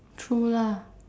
true lah